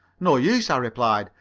no use, i replied.